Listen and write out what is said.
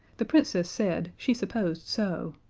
the princess said she supposed so,